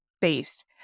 based